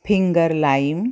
finger lime